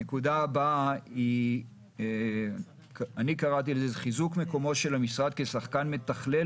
הנקודה הבאה היא חיזוק מקומו של המשרד כשחקן מתכלל